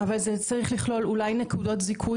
אבל זה צריך לכלום גם אולי נקודות זיכוי